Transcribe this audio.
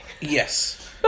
Yes